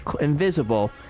invisible